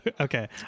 Okay